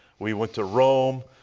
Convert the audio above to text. we went to rome.